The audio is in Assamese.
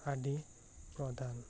আদি প্ৰধান